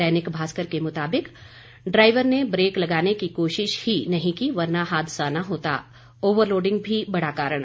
दैनिक भास्कर के मुताबिक ड्राइवर ने ब्रेक लगाने की कोशिश ही नहीं की वरना हादसा न होता ओवरलोडिंग भी बड़ा कारण